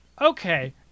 okay